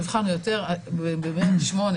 המבחן ב-108,